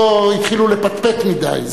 לא התחילו לפטפט מדי.